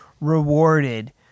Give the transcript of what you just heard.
rewarded